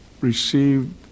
received